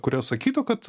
kurie sakytų kad